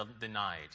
denied